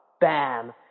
Bam